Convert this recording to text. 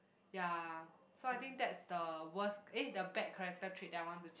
ya so I think that's the worst eh the bad character trait that I want to